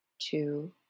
two